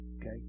Okay